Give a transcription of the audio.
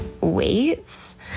weights